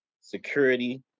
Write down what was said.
security